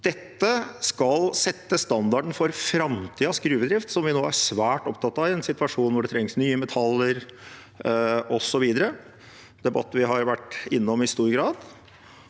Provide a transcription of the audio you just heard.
Dette skal sette standarden for framtidens gruvedrift, som vi nå er svært opptatt av i en situasjon hvor det trengs nye metaller, osv. – en debatt vi har vært innom i stor grad